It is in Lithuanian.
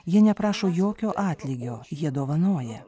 jie neprašo jokio atlygio jie dovanoja